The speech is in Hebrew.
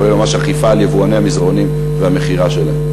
כולל אכיפה על יבואני המזרנים והמכירה שלהם?